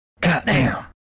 Goddamn